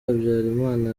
habyarimana